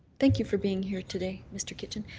thank you for being here today, mr. kitchen.